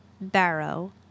barrow